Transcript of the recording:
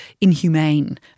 inhumane